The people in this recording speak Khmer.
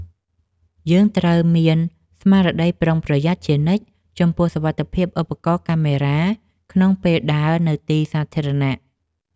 យើងត្រូវមានស្មារតីប្រុងប្រយ័ត្នជានិច្ចចំពោះសុវត្ថិភាពឧបករណ៍កាមេរ៉ាក្នុងពេលដើរនៅទីសាធារណៈ។